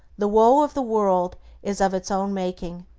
the woe of the world is of its own making.